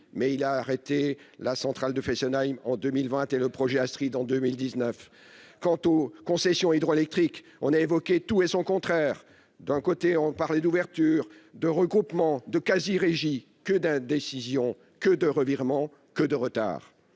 mais il a arrêté la centrale de Fessenheim en 2020 et le projet Astrid en 2019. Sur les concessions hydroélectriques, on a évoqué tout et son contraire : on parlait d'ouverture, de regroupement, de quasi régie. Que d'indécision ! Que de revirements ! Que de retards